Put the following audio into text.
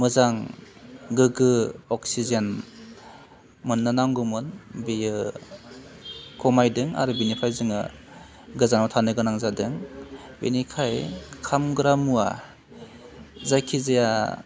मोजां गोग्गो अक्सिजेन मोननो नांगौमोन बेयो खमायदों आरो बिनिफ्राय जोङो गोजानाव थानो गोनां जादों बेनिखाय खामग्रा मुवा जायखिजाया